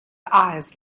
eyes